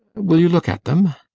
will you look at them?